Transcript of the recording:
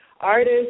artist